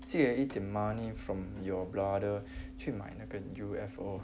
借一点 money from your brother 去买那个 U_F_O